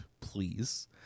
Please